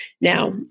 Now